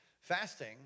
Fasting